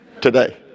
today